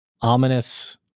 ominous